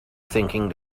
thinking